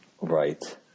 Right